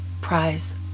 Prize